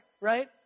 Right